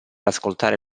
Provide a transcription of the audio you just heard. ascoltare